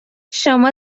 شما